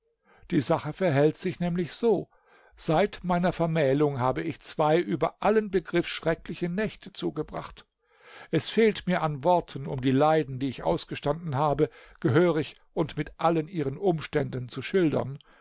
die sache verhält sich nämlich so seit meiner vermählung habe ich zwei über allen begriff schreckliche nächte zugebracht es fehlt mir an worten um die leiden die ich ausgestanden habe gehörig und mit allen ihren umständen zu schildern